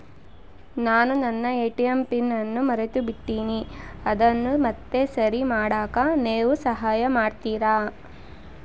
ನಾನು ನನ್ನ ATM PIN ಅನ್ನು ಮರೆತುಬಿಟ್ಟೇನಿ ಅದನ್ನು ಮತ್ತೆ ಸರಿ ಮಾಡಾಕ ನೇವು ಸಹಾಯ ಮಾಡ್ತಿರಾ?